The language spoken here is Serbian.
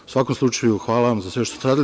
U svakom slučaju, hvala vam za sve što ste uradili.